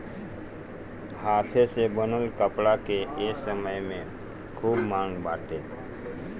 हाथे से बनल कपड़ा के ए समय में खूब मांग बाटे